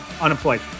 unemployed